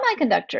semiconductors